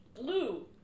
Blue